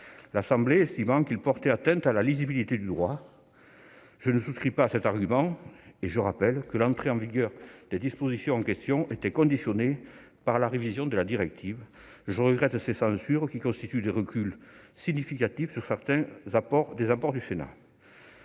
l'Assemblée estimant qu'ils portaient atteinte à la lisibilité du droit. Je ne souscris pas à cet argument, et je rappelle que l'entrée en vigueur des dispositions en question était subordonnée à la révision de la directive. Je regrette ces censures qui constituent des reculs significatifs sur certains apports du Sénat.